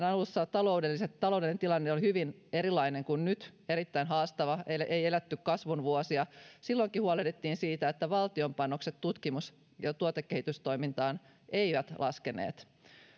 alussa taloudellinen tilanne oli hyvin erilainen kuin nyt erittäin haastava ei eletty kasvun vuosia silloinkin huolehdittiin siitä että valtion panokset tutkimus ja tuotekehitystoimintaan eivät laskeneet